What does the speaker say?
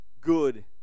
good